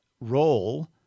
role